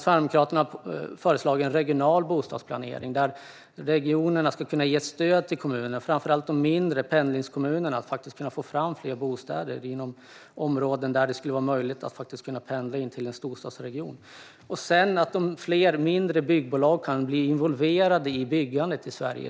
Sverigedemokraterna har föreslagit en regional bostadsplanering, där regionerna ska kunna ge stöd till kommuner, framför allt de mindre pendlingskommunerna, så att man kan få fram fler bostäder i de områden varifrån det skulle vara möjligt att pendla till en storstadsregion. Det vore också bra om fler mindre byggbolag kunde bli involverade i byggandet i Sverige.